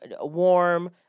warm